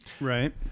Right